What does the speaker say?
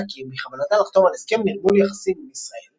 כי בכוונתה לחתום על הסכם נרמול יחסים עם ישראל